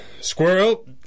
Squirrel